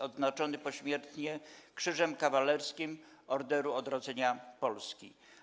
Odznaczony pośmiertnie Krzyżem Kawalerskim Orderu Odrodzenia Polski.